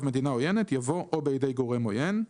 מדינה עוינת" יבוא "או בידי גורם עוין"."